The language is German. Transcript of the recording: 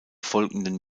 folgenden